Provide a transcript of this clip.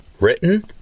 Written